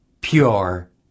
pure